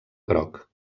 groc